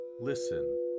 listen